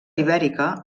ibèrica